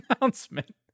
announcement